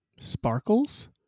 Sparkles